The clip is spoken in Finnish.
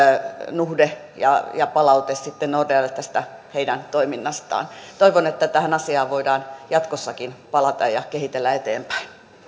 nuhde ja ja palaute nordealle tästä heidän toiminnastaan toivon että tähän asiaan voidaan jatkossakin palata ja kehitellä eteenpäin